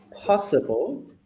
possible